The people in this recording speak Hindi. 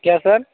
क्या सर